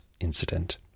incident